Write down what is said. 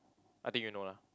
I think you know lah